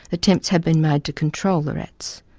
attempts have been made to control the rats.